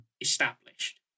established